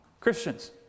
Christians